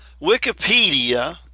Wikipedia